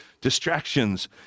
distractions